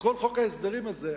בכל חוק ההסדרים הזה,